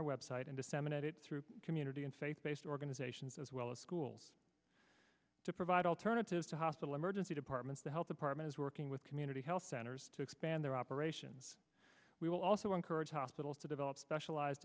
our website and disseminate it through community and faith based organizations as well as schools to provide alternatives to hospital emergency departments the health department is working with community health centers to expand their operations we will also encourage hospitals to develop specialized